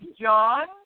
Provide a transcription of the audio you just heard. John